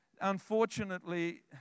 Unfortunately